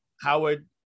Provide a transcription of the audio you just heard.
Howard